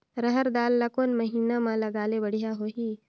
रहर दाल ला कोन महीना म लगाले बढ़िया होही?